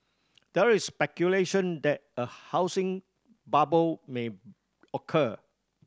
there is speculation that a housing bubble may occur